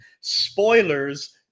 Spoilers